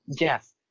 yes